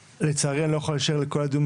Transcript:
לצערי אני לא יכול להישאר לכל הדיון,